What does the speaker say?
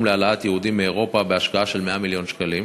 להעלאת יהודים מאירופה בהשקעה של 100 מיליון שקלים,